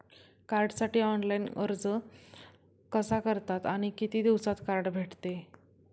कार्डसाठी ऑनलाइन अर्ज कसा करतात आणि किती दिवसांत कार्ड भेटते?